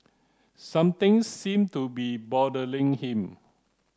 something seem to be bothering him